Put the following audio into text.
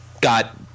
got